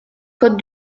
code